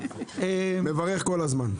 מברך כל הזמן.